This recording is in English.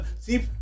See